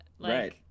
Right